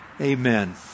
Amen